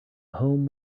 home